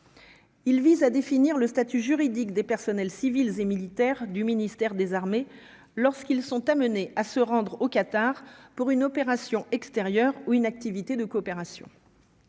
Il vise à définir le statut juridique des personnels civils et militaires du ministère des Armées lorsqu'ils sont amenés à se rendre au Qatar pour une opération extérieure ou une activité de coopération.